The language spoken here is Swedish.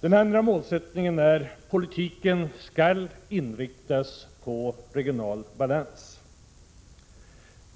Den andra målsättningen är att politiken skall inriktas på regional balans.